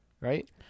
right